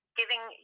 giving